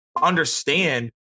understand